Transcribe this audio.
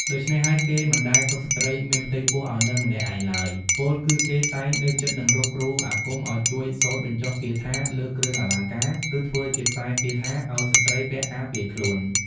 ដូច្នេះហើយគេមិនដែលទុកស្រ្តីមានផ្ទៃពោះឲ្យនៅម្នាក់ឯងឡើយ ពោលគឺគេតែងនៅជិតនិងរកគ្រូអាគមឲ្យជួយសូត្របញ្ចុះគាថាលើគ្រឿងអលង្កា ឬធ្វើជាខ្សែគាថាឲ្យស្ត្រីពាក់ការពារខ្លួន